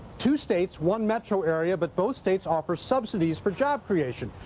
two states, one metro area, but those states offer subsidies for job creation.